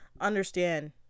understand